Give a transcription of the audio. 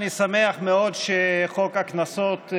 אני שמח מאוד שחוק הקנסות,